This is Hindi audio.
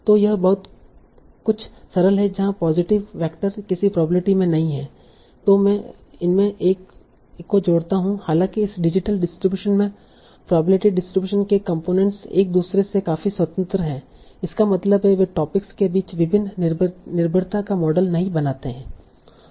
तो यह कुछ सरल है जहां पॉजिटिव वैक्टर किसी प्रोबेबिलिटी में नहीं है तों में इसमें एक को जोड़ता हूं हालाँकि इस डिजिटल डिस्ट्रीब्यूशन में प्रोबेबिलिटी डिस्ट्रीब्यूशन के कंपोनेंट्स एक दूसरे से काफी स्वतंत्र हैं इसका मतलब है वे टॉपिक्स के बीच विभिन्न निर्भरता का मॉडल नहीं बनाते हैं